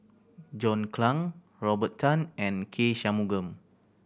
John Clang Robert Tan and K Shanmugam